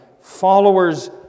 followers